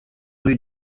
rue